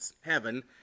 heaven